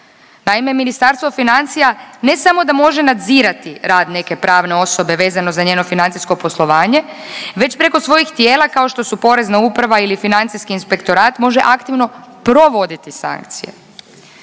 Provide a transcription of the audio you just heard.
Naime, Ministarstvo financija ne samo da može nadzirati rad neke pravne osobe vezano za njeno financijsko poslovanje, već preko svojih tijela kao što su Porezna uprava ili Financijski inspektorat može aktivno provoditi sankcije.